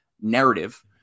narrative